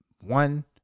one